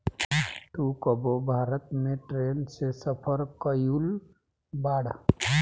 तू कबो भारत में ट्रैन से सफर कयिउल बाड़